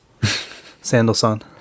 Sandalson